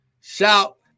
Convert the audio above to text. shout